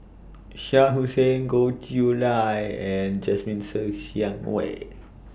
Shah Hussain Goh Chiew Lye and Jasmine Ser Xiang Wei